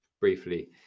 briefly